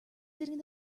sitting